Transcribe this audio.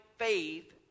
faith